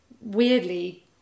weirdly